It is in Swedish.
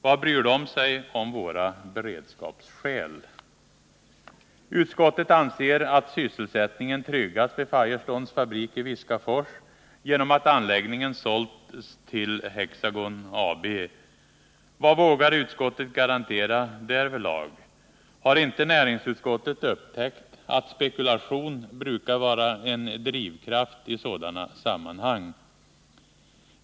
Vad bryr de sig om våra beredskapsskäl? Utskottet anser att sysselsättningen tryggats vid Firestones fabrik i Viskafors genom att anläggningen sålts till Hexagon AB. Vad vågar utskottet garantera därvidlag? Har inte näringsutskottet upptäckt att spekulation brukar vara en drivkraft i sådana här sammanhang?